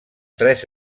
tres